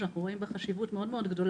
שאנחנו רואים בה חשיבות מאוד גדולה.